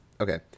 okay